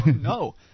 No